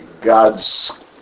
God's